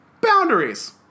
Boundaries